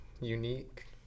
unique